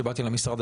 כשבאתי למשרד,